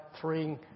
three